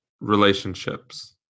relationships